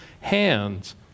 hands